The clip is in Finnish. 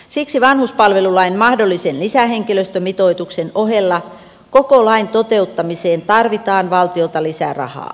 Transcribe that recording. siksi vanhuspalvelulain mahdollisen lisähenkilöstömitoituksen ohella koko lain toteuttamiseen tarvitaan valtiolta lisää rahaa